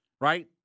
right